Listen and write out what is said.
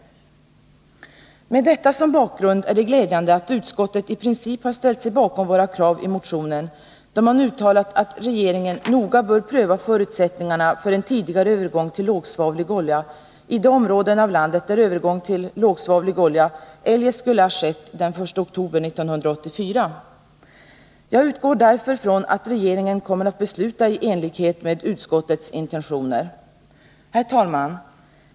Med detta som bakgrund är det glädjande att utskottet i princip har ställt sig bakom våra krav i motionen, då man uttalat att regeringen noga bör pröva förutsättningarna för en tidigare övergång till lågsvavlig olja i de områden av landet där övergång till lågsvavlig olja eljest skulle ha skett från den 1 oktober 1984. Jag utgår därför från att regeringen kommer att besluta i enlighet med utskottets intentioner. Herr talman!